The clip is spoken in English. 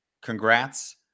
congrats